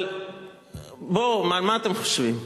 אבל מה אתם חושבים,